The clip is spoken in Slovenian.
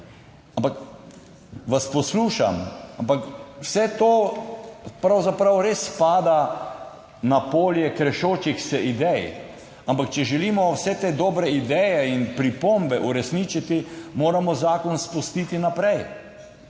vas poslušam, ampak vse to pravzaprav res spada na polje krešočih se idej. Če želimo vse te dobre ideje in pripombe uresničiti, moramo zakon spustiti naprej.